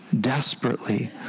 desperately